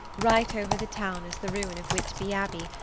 right over the town is the ruin of whitby abbey,